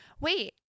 Wait